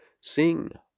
Sing